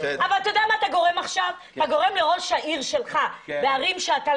אתם גורם עכשיו למצב שראש העיר שלך יכול